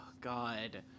God